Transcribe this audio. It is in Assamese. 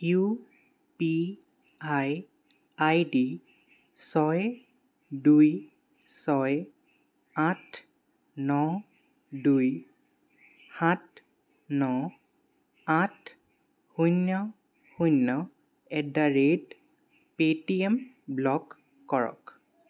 ইউ পি আই আইডি ছয় দুই ছয় আঠ ন দুই সাত ন আঠ শূন্য শূন্য at the rate Paytm block কৰক